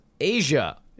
Asia